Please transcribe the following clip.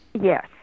Yes